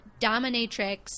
dominatrix